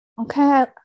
okay